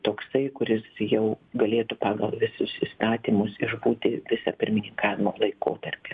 toksai kuris jau galėtų pagal visus įstatymus išbūti visą pirmininkavimo laikotarpį